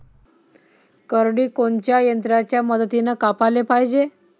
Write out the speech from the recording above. करडी कोनच्या यंत्राच्या मदतीनं कापाले पायजे?